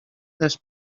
dels